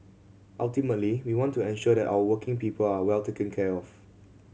ultimately we want to ensure that our working people are well taken care of